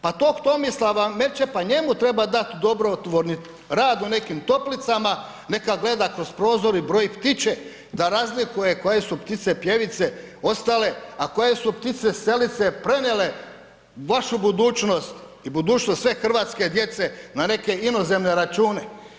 Pa tog Tomislava Merčepa, njemu treba dat dobrotvorni rad u nekim toplicama, neka gleda kroz prozor i broji ptiće, da razlikuje koje su ptice pjevice ostale a koje su ptice selice prenijele vašu budućnost i budućnost sve hrvatske djece na neke inozemne račune.